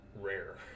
rare